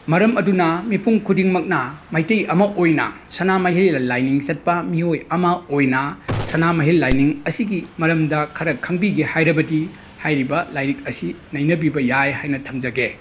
ꯃꯔꯝ ꯑꯗꯨꯅ ꯃꯤꯄꯨꯡ ꯈꯨꯗꯤꯡꯃꯛꯅ ꯃꯩꯇꯩ ꯑꯃ ꯑꯣꯏꯅ ꯁꯅꯥꯃꯍꯤ ꯂꯥꯏꯅꯤꯡ ꯆꯠꯄ ꯃꯤꯑꯣꯏ ꯑꯃ ꯑꯣꯏꯅ ꯁꯅꯥꯃꯍꯤ ꯂꯥꯏꯅꯤꯡ ꯑꯁꯤꯒꯤ ꯃꯔꯝꯗ ꯈꯔ ꯈꯪꯕꯤꯒꯦ ꯍꯥꯏꯔꯕꯗꯤ ꯍꯥꯏꯔꯤꯕ ꯂꯥꯏꯔꯤꯛ ꯑꯁꯤ ꯅꯩꯅꯕꯤꯕ ꯌꯥꯏ ꯍꯥꯏꯅ ꯊꯝꯖꯒꯦ